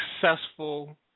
successful